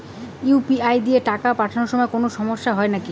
UPI দিয়া টাকা পাঠের সময় কোনো সমস্যা হয় নাকি?